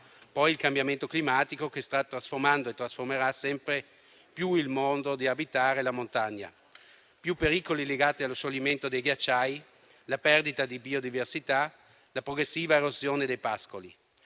è il cambiamento climatico, che sta trasformando e trasformerà sempre più il modo di abitare la montagna: si avranno più pericoli legati allo scioglimento dei ghiacciai, la perdita di biodiversità, la progressiva erosione dei pascoli.